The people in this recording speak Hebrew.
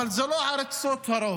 אבל זה לא עריצות הרוב.